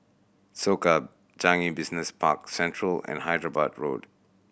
Soka Changi Business Park Central and Hyderabad Road